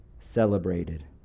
Celebrated